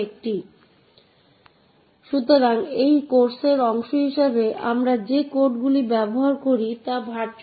এই বক্তৃতায় এবং পরবর্তী বক্তৃতাগুলিতে আমরা অ্যাক্সেসের দিকে নজর দিয়েছি